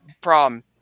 problem